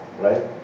Right